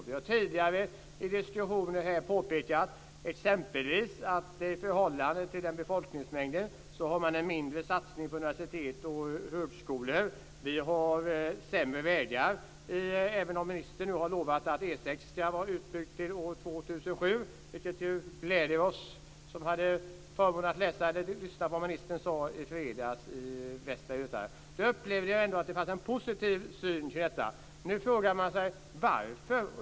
Vi har tidigare i diskussioner här påpekat att exempelvis i förhållande till befolkningsmängden är det en mindre satsning på universitet och högskolor. Vi har sämre vägar, även om ministern nu har lovat att E 6 ska vara utbyggd till år 2007. Det gläder oss som hade förmånen att lyssna på vad ministern sade i fredags i Västra Götaland. Jag upplevde då att det fanns en positiv syn. Jag frågar mig nu varför.